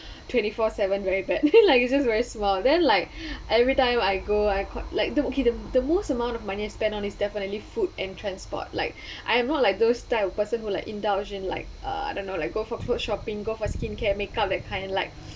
twenty four seven very bad like it's just very small then like every time I go I cal~ like okay the most amount of money I spend on is definitely food and transport like I am not like those type of person who like indulge in like uh I don't know like go for clothes shopping go for skincare make up that kind like